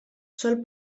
sol